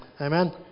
Amen